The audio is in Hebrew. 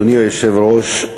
אדוני היושב-ראש,